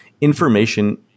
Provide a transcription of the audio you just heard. information